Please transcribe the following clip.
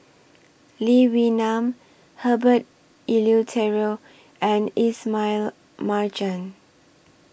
Lee Wee Nam Herbert Eleuterio and Ismail Marjan